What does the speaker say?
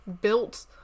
built